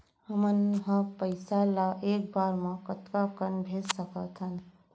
हमन ह पइसा ला एक बार मा कतका कन भेज सकथन?